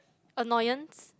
annoyance